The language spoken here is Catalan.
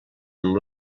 amb